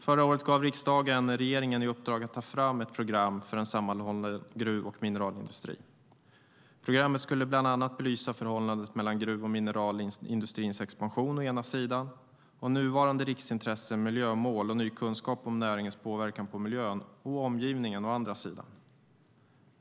Förra året gav riksdagen regeringen i uppdrag att ta fram ett program för en sammanhållen gruv och mineralindustri. Programmet skulle bland annat belysa förhållandet mellan gruv och mineralindustrins expansion å ena sidan och nuvarande riksintressen, miljömål och ny kunskap om näringens påverkan på miljön och omgivningen å andra sidan.